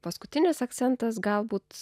paskutinis akcentas galbūt